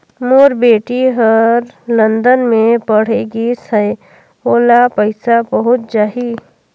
मोर बेटी हर लंदन मे पढ़े गिस हय, ओला पइसा पहुंच जाहि?